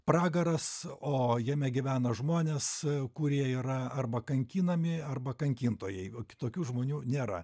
pragaras o jame gyvena žmonės kurie yra arba kankinami arba kankintojai o kitokių žmonių nėra